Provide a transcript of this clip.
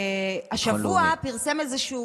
אז אני אומר לך שהעסק עבד נפלא.